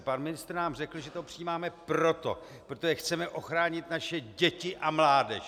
Pan ministr nám řekl, že to přijímáme proto, protože chceme ochránit naše děti a mládež.